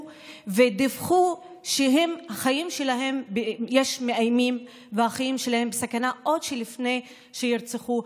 ודיווחו שעל החיים שלהן יש מאיימים והחיים שלהן בסכנה עוד לפני שנרצחו.